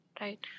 Right